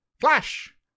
Flash